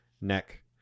neck